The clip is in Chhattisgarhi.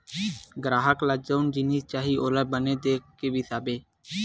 गराहक ल जउन जिनिस चाही ओला बने देख के बिसाथे